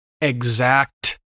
exact